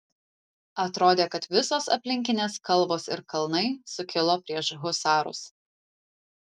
atrodė kad visos aplinkinės kalvos ir kalnai sukilo prieš husarus